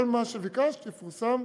כל מה שביקשת, יפורסם,